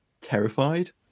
terrified